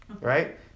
right